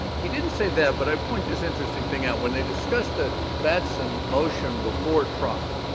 he didn't say that, but i point this interesting thing out. when they discussed the batson motion before trial,